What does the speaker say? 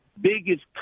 biggest